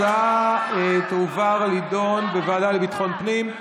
ההצעה תועבר להידון בוועדה לביטחון פנים.